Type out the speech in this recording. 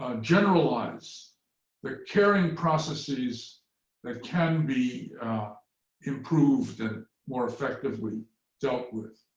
ah generalize the caring processes that can be improved and more effectively dealt with.